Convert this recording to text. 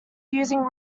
using